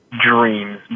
dreams